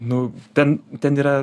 nu ten ten yra